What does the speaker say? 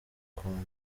ubukombe